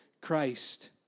Christ